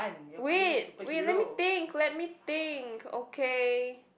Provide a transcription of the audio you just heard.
wait wait let me think let me think okay